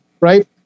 right